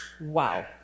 Wow